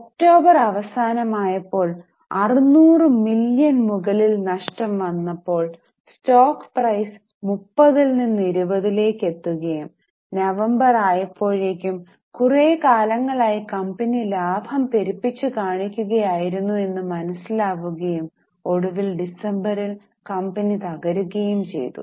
October അവസാനമായപ്പോൾ 600 million മുകളിൽ നഷ്ടം വന്നപ്പോൾ സ്റ്റോക്ക് പ്രൈസ് 30 ൽ നിന്ന് 20ലേക് എത്തുകയും നവംബർ ആയപ്പോഴേക്കും കുറെ കാലങ്ങളായി കമ്പനി ലാഭം പെരുപ്പിച്ചു കാണിക്കുകയായിരുന്നു എന്നും മനസ്സിലാവുകയും ഒടുവിൽ ഡിസംബറിൽ കമ്പനി തകരുകയും ചെയ്തു